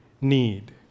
need